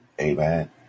amen